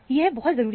यह बहुत जरूरी है